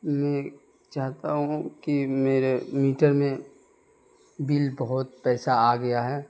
میں چاہتا ہوں کہ میرے میٹر میں بل بہت پیسہ آ گیا ہے